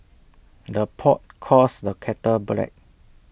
the pot calls the kettle black